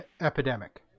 epidemic